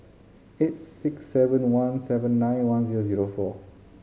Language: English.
eight six seven one seven nine one zero zero four